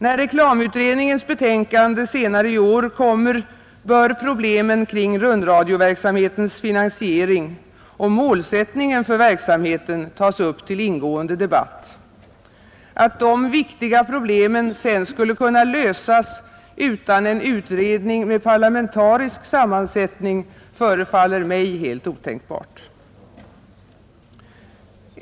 När reklamutredningens betänkande senare i år kommer, bör problemen kring rundradioverksamhetens finansiering och målsättningen för verksamheten tas upp till ingående debatt. Att dessa viktiga problem sedan skulle kunna lösas utan en utredning med parlamentarisk sammansättning förefaller mig helt otänkbart.